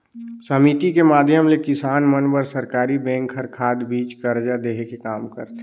समिति के माधियम ले किसान मन बर सरकरी बेंक हर खाद, बीज, करजा देहे के काम करथे